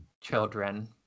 children